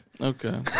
Okay